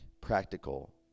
Practical